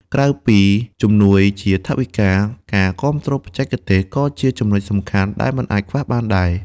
ក្រៅពីជំនួយជាថវិកា ការគាំទ្របច្ចេកទេសក៏ជាចំណុចសំខាន់ដែលមិនអាចខ្វះបានដែរ។